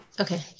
Okay